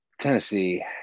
Tennessee